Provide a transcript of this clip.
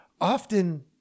often